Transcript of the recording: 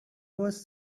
was